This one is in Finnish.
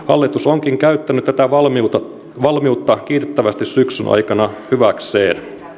hallitus onkin käyttänyt tätä valmiutta kiitettävästi syksyn aikana hyväkseen